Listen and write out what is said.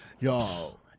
y'all